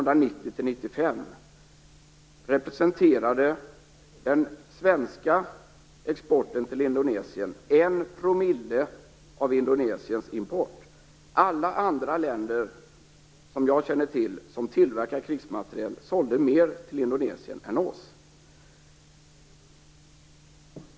representerade den svenska exporten till Indonesien en promille av Indonesiens import. Alla andra länder, som jag känner till, som tillverkar krigsmateriel sålde mer till Indonesien än vi.